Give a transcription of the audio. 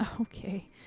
Okay